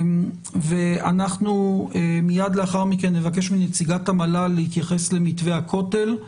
אנחנו מיד לאחר מכן נבקש מנציגת המל"ל להתייחס למתווה הכותל.